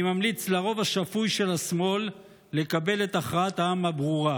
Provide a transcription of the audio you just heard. אני ממליץ לרוב השפוי של השמאל לקבל את הכרעת העם הברורה.